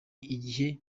igihe